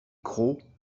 cros